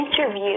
interview